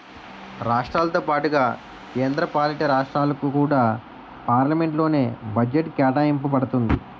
రాష్ట్రాలతో పాటుగా కేంద్ర పాలితరాష్ట్రాలకు కూడా పార్లమెంట్ లోనే బడ్జెట్ కేటాయింప బడుతుంది